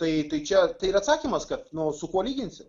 tai tai čia ir atsakymas kad nu su kuo lyginsi